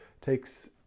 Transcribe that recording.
takes